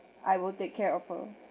I will take care of her